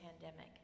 pandemic